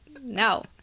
no